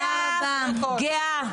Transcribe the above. גאה.